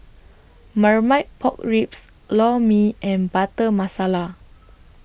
Marmite Pork Ribs Lor Mee and Butter Masala